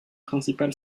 principal